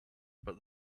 but